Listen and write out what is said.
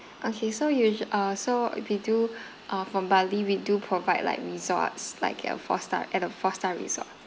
okay so usu~ uh so we do uh from bali we do provide like resorts like a star at a four star resort